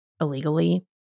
illegally